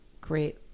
great